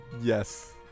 yes